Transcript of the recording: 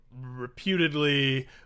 reputedly